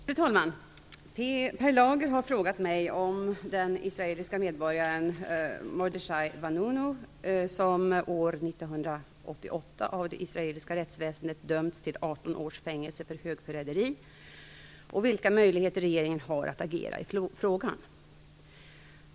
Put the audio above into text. Fru talman! Per Lager har frågat mig om den israeliske medborgaren Mordechai Vanunu, som år 1988 av det israeliska rättsväsendet dömts till 18 års fängelse för högförräderi, och vilka möjligheter regeringen har att agera i frågan.